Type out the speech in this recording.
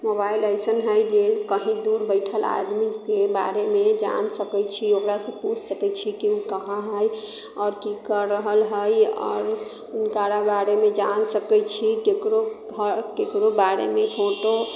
mobile अइसन हइ जे कहि दूर बैठल आदमीके बारेमे जान सकैत छी ओकरा से पूछ सकैत छी कि ओ कहाँ हइ आओर की कर रहल हइ आओर हुनकारा बारेमे जान सकैत छी केकरो घर केकरो बारेमे फोटो